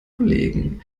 kollegen